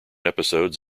episodes